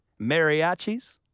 Mariachis